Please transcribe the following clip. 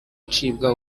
acibwa